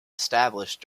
established